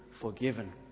forgiven